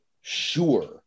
sure